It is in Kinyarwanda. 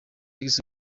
sex